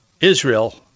Israel